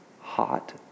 hot